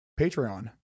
Patreon